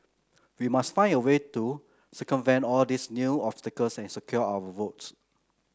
we must find a way to circumvent all these new obstacles and secure our votes